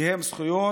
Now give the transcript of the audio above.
כי הן זכויות